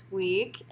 week